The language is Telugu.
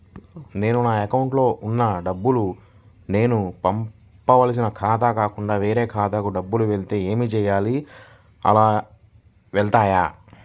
నేను నా అకౌంట్లో వున్న డబ్బులు నేను పంపవలసిన ఖాతాకి కాకుండా వేరే ఖాతాకు డబ్బులు వెళ్తే ఏంచేయాలి? అలా వెళ్తాయా?